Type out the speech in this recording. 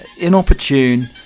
inopportune